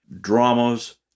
dramas